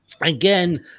again